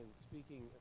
speaking